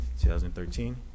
2013